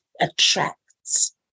attracts